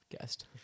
guest